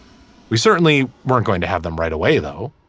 we certainly weren't going to have them right away though.